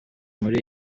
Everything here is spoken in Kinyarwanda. muri